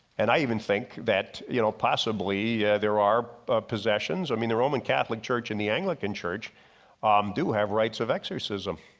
and i even think that you know possibly there are possessions, i mean the roman catholic church and the anglican church do have rights of exorcism.